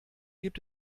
gibt